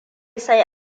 sai